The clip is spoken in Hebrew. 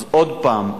אז עוד הפעם,